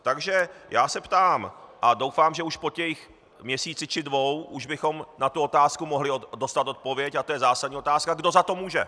Takže já se ptám, a doufám, že po měsíci či dvou už bychom na tu otázku mohli dostat odpověď, a je to zásadní otázka kdo za to může.